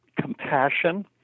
compassion